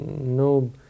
no